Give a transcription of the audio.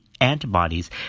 antibodies